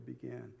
began